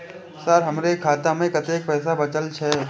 Sir हमरो खाता में कतेक पैसा बचल छे?